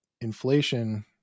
inflation